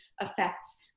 affects